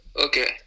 Okay